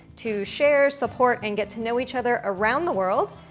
to share, support, and get to know each other around the world,